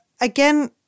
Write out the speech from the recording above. Again